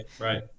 right